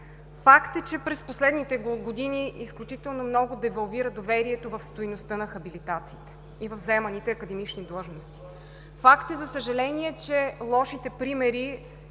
Факт е, че през последните години изключително много девалвира доверието в стойността на хабилитациите и в заеманите академични длъжности. Факт е, за съжаление, че лошите примери